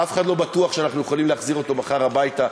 אף אחד לא בטוח שאנחנו יכולים להחזיר אותו בכלל הביתה,